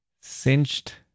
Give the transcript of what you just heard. cinched